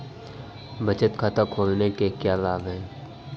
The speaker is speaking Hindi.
बचत खाता खोलने के क्या लाभ हैं?